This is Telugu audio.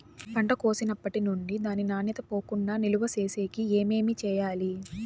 పంట కోసేటప్పటినుండి దాని నాణ్యత పోకుండా నిలువ సేసేకి ఏమేమి చేయాలి?